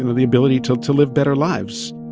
and the ability to to live better lives.